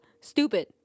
Stupid